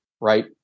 right